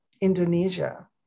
indonesia